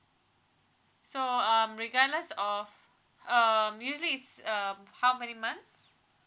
so um regardless of um usually is um how many months